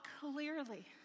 clearly